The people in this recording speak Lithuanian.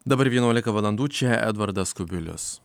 dabar vienuolika valandų čia edvardas kubilius